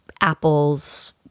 apples